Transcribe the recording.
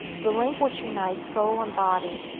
the link which unites soul and body,